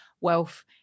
wealth